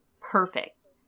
perfect